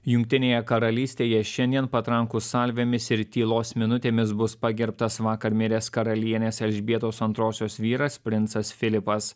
jungtinėje karalystėje šiandien patrankų salvėmis ir tylos minutėmis bus pagerbtas vakar miręs karalienės elžbietos antrosios vyras princas filipas